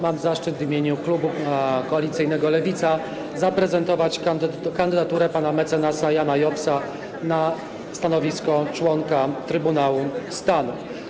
Mam zaszczyt w imieniu Klubu Koalicyjnego Lewica zaprezentować kandydaturę pana mecenasa Jana Jobsa na stanowisko członka Trybunału Stanu.